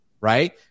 right